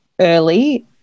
early